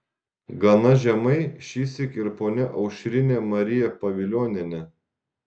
gana žemai šįsyk ir ponia aušrinė marija pavilionienė